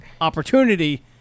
opportunity